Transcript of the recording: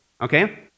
Okay